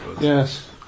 Yes